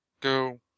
Go